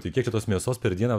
tai kiek čia tos mėsos per dieną